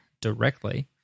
directly